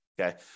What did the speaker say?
okay